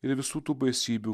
ir visų tų baisybių